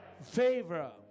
Favor